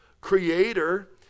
creator